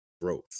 growth